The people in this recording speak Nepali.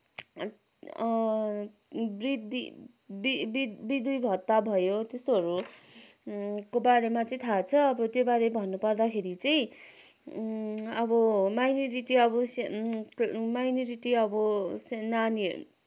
वृद्धि वृद्धि वृद्ध भत्ता भयो त्यस्तोहरूको बारेमा चाहिँ थाहा छ अब त्योबारे भन्नपर्दाखेरि चाहिँ अब माइनेरिटी अब माइनेरिटी अब सानो माइनेरिटी अब सानो नानीहरूले